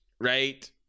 right